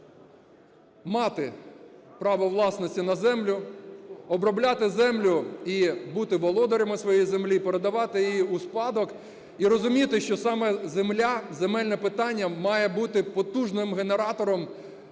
мати право власності на землю, обробляти землю і бути володарями своєї землі, передавати її у спадок і розуміти, що саме земля, земельне питання має бути потужним генератором